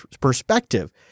perspective